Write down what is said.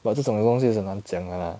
but 这种东西是很难讲的 lah